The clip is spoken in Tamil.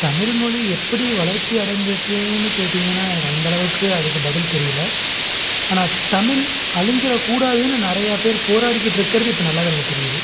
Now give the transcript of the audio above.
தமிழ் மொழி எப்படி வளர்ச்சி அடைந்துச்சுன்னு கேட்டீங்கன்னால் எனக்கு அந்தளவுக்கு அதுக்கு பதில் தெரியல ஆனால் தமிழ் அழிஞ்சிடக்கூடாதுன்னு நிறைய பேர் போராடிக்கிட்டுருக்கிறது இப்போ நல்லாவே எனக்கு தெரியுது